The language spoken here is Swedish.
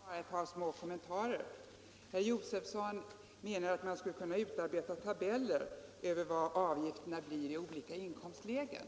Herr talman! Bara ett par små kommentarer. Herr Josefson menade att man skulle kunna utarbeta tabeller för avgifterna i olika inkomstlägen.